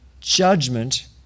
judgment